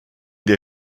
der